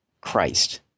Christ